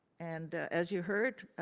and as you heard,